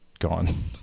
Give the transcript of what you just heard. gone